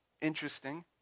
interesting